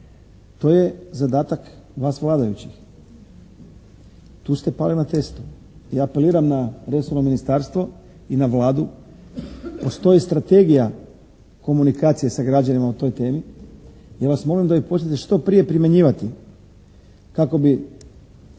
To je zadatak vas vladajućih. Tu ste pali na testu. I apeliram na resorno ministarstvo i na Vladu, postoji strategija komunikacije sa građanima o toj temi. Ja vas molim da ju počnete što prije primjenjivati, kako bi